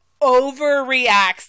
overreacts